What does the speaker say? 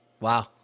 wow